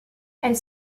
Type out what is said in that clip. elles